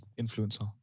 influencer